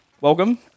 Welcome